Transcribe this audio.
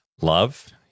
love